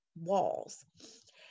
walls